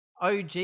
OG